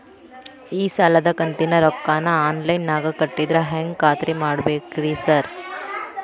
ಈ ಸಾಲದ ಕಂತಿನ ರೊಕ್ಕನಾ ಆನ್ಲೈನ್ ನಾಗ ಕಟ್ಟಿದ್ರ ಹೆಂಗ್ ಖಾತ್ರಿ ಮಾಡ್ಬೇಕ್ರಿ ಸಾರ್?